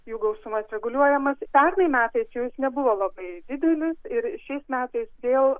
jų gausumas reguliuojamas pernai metais jis nebuvo labai didelis ir šiais metais vėl